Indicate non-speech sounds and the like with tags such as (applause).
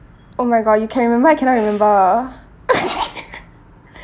oh my god you can remember I cannot remember (laughs)